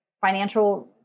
financial